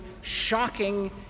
shocking